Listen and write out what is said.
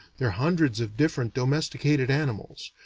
their hundreds of different domesticated animals,